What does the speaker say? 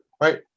right